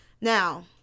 Now